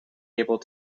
able